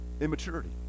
immaturity